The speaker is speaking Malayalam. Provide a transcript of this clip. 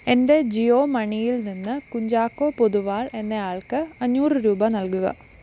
എന്റെ ജിയോ മണിയിൽനിന്ന് കുഞ്ചാക്കോ പൊതുവാൾ എന്നയാൾക്ക് അഞ്ഞൂറ് രൂപ നൽകുക